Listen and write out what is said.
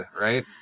right